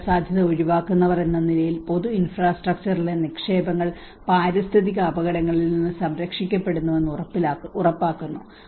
അപകടസാധ്യത ഒഴിവാക്കുന്നവർ എന്ന നിലയിൽ പൊതു ഇൻഫ്രാസ്ട്രക്ചറിലെ നിക്ഷേപങ്ങൾ പാരിസ്ഥിതിക അപകടങ്ങളിൽ നിന്ന് സംരക്ഷിക്കപ്പെടുന്നുവെന്ന് ഉറപ്പാക്കുന്നു